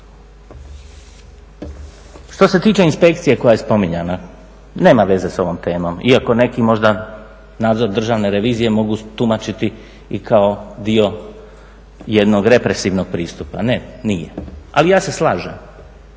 Što se tiče inspekcije koja je spominjana nema veze sa ovom temom, iako neki možda nadzor Državne revizije mogu tumačiti i kao dio jednog represivnog pristupa. Ne nije, ali ja se slažem.